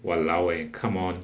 !walao! eh come on